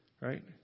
Right